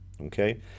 okay